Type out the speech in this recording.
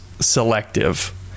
selective